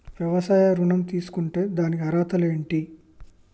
వ్యవసాయ ఋణం తీసుకుంటే దానికి అర్హతలు ఏంటి?